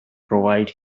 provide